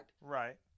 Right